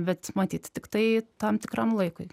bet matyt tiktai tam tikram laikui